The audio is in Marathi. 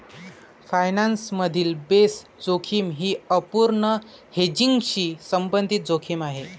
फायनान्स मधील बेस जोखीम ही अपूर्ण हेजिंगशी संबंधित जोखीम आहे